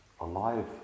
alive